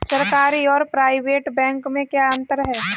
सरकारी और private bank में क्या अंतर है?